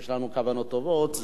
כשיש לנו כוונות טובות,